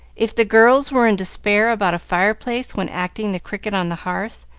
if the girls were in despair about a fire-place when acting the cricket on the hearth,